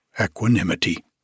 equanimity